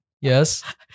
yes